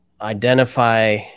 identify